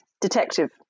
detective